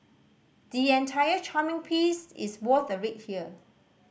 the entire charming piece is worth a read here